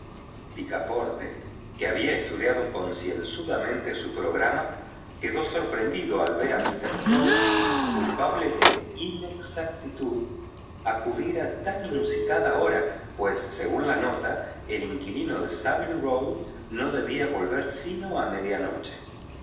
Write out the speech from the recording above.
picaporte que había empezado a estudiar concienzudamente su programa quedó sorprendido al ver a mister fogg culpable de inexactitud acudir a tan inusitada hora pues según la nota el inquilino de saville row no debía volver sino a medianoche